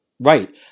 Right